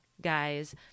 guys